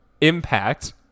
impact